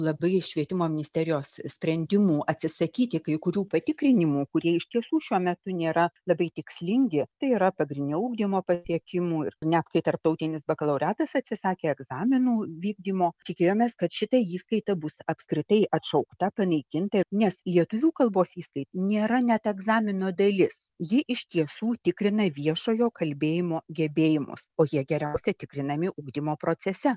labai švietimo ministerijos sprendimų atsisakyti kai kurių patikrinimų kurie iš tiesų šiuo metu nėra labai tikslingi tai yra pagrindinio ugdymo pasiekimų ir net kai tarptautinis bakalaureatas atsisakė egzaminų vykdymo tikėjomės kad šita įskaita bus apskritai atšaukta panaikinta nes lietuvių kalbos įskaita nėra net egzamino dalis ji iš tiesų tikrina viešojo kalbėjimo gebėjimus o jie geriausiai tikrinami ugdymo procese